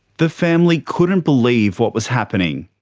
the family couldn't believe what was happening.